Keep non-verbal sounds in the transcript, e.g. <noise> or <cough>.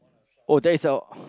oh that is our <breath>